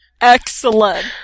Excellent